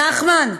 נחמן,